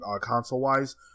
console-wise